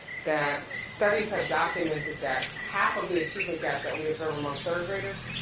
that studies have documented that half of the achievement gap that we observe among third graders,